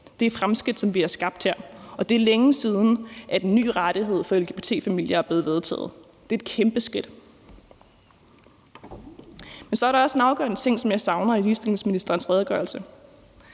Det er fremskridt, som vi har skabt her, og det er længe siden, at en ny rettighed for lgbt-familier er blevet vedtaget. Det er et kæmpe skridt! Men så er der også en afgørende ting, som jeg savner i ligestillingsministerens redegørelse.